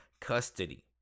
custody